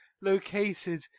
located